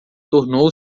tornou